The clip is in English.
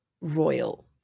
royal